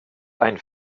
ein